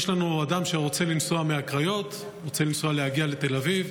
אם יש לנו אדם שרוצה לנסוע מהקריות ורוצה להגיע לתל אביב,